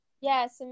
yes